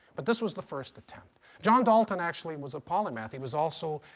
but this was the first attempt. john dalton actually was a polymath. he was also